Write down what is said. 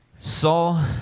Saul